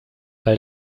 weil